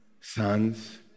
sons